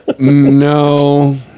No